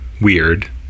weird